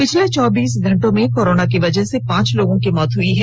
पिछले चौबीस घंटों में कोरोना की वजह से पांच लोगों की मौत हई है